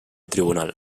tribunal